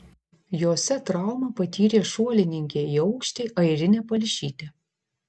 jose traumą patyrė šuolininkė į aukštį airinė palšytė